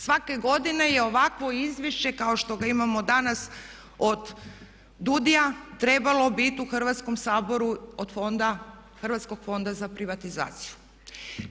Svake godine je ovakvo izvješće kao što ga imamo danas od DUUDI-ja trebalo biti u Hrvatskom saboru od Hrvatskog fonda za privatizaciju.